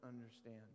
understand